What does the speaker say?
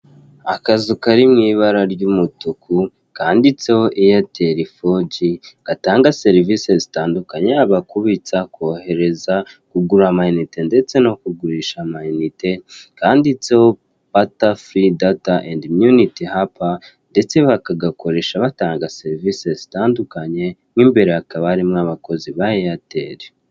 Akazu kari mu ibara ry'umutuku, kanditseho eyateri foji, gatanga serivisi zitandukanye yaba kubitsa, kohereza, kugura ama inite ndetse no kugurisha ama inite, Kanditse ho pata furi data endi myunite hiya, ndetse bakagakoresha batanga serivisi zitandukanye, mo imbere hakaba harimo abakozi ba eyateri.